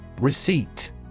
Receipt